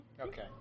Okay